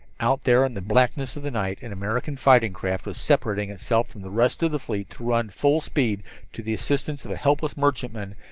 out there in the blackness of the night an american fighting craft was separating itself from the rest of the fleet to run full speed to the assistance of a helpless merchantman,